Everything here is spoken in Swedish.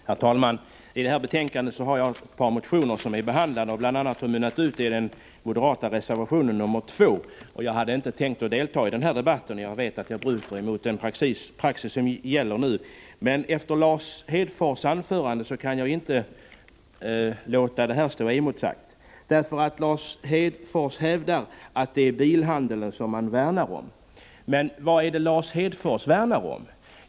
Herr talman! I detta betänkande behandlas ett par motioner av mig, som bl.a. mynnat ut i den moderata reservationen 2. Jag hade inte tänkt delta i den här debatten, och jag vet att jag bryter mot gällande praxis, men jag kan inte låta Lars Hedfors anförande stå oemotsagt. Lars Hedfors hävdar att vi värnar om bilhandeln. Men vad är det som Lars Hedfors värnar om?